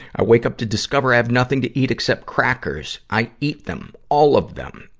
i wake up to discover i've nothing to eat except crackers. i eat them, all of them.